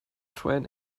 train